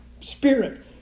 Spirit